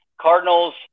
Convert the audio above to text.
Cardinals